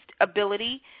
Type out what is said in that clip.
ability